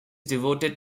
devoted